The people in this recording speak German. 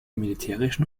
militärischen